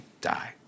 die